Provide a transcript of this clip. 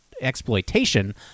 exploitation